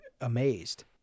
amazed